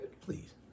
Please